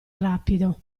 rapido